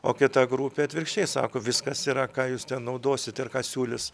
o kita grupė atvirkščiai sako viskas yra ką jūs ten naudosit ir ką siūlys